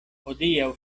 hodiaŭ